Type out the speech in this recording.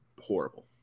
horrible